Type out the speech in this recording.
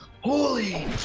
holy